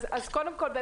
אז קודם כל,